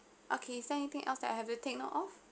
okay is there anything else that I have to take note of